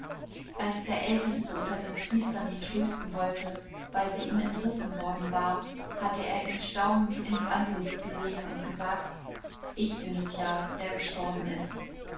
als der älteste unter den priestern ihn trösten wollte weil sie ihm entrissen worden war hatte er ihm staunend ins antlitz gesehen und gesagt ich bin es ja der gestorben ist